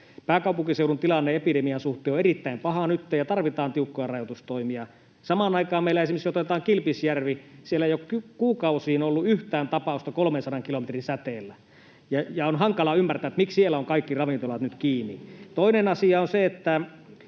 Pääkaupunkiseudun tilanne epidemian suhteen on erittäin paha nytten, ja tarvitaan tiukkoja rajoitustoimia. Samaan aikaan meillä — otetaan esimerkiksi Kilpisjärvi: siellä ei ole kuukausiin ollut yhtään tapausta 300 kilometrin säteellä, ja on hankala ymmärtää, miksi siellä ovat kaikki ravintolat nyt kiinni. Toinen asia on se, että